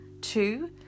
Two